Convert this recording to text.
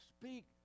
speak